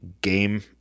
game